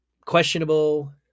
questionable